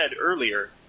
earlier